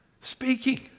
speaking